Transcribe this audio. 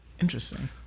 Interesting